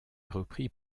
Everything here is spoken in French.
repris